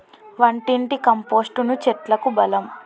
వంటింటి కంపోస్టును చెట్లకు బలం